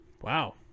Wow